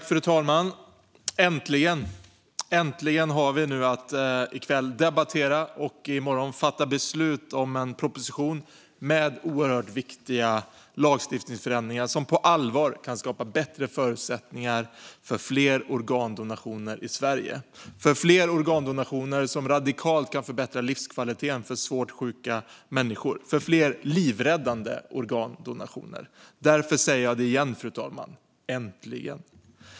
Fru talman! Äntligen! Äntligen har vi nu att i kväll debattera och i morgon fatta beslut om en proposition med oerhört viktiga lagstiftningsförändringar som på allvar kan skapa bättre förutsättningar för fler organdonationer i Sverige - fler organdonationer som radikalt kan förbättra livskvaliteten för svårt sjuka människor, fler livräddande organdonationer. Därför säger jag det igen, fru talman: Äntligen!